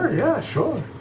yeah, sure.